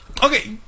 Okay